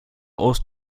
aus